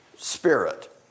spirit